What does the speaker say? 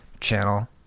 channel